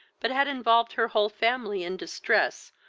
but had involved her whole family in distress,